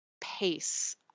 pace